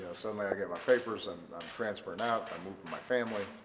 suddenly i get my papers. and i'm transferring out. i'm moving my family.